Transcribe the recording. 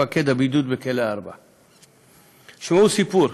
מפקד הבידוד בכלא 4. תשמעו סיפור.